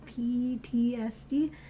PTSD